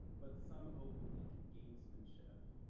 but some oblique gamesmanship,